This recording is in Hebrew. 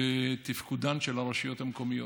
ותפקודן של הרשויות המקומיות.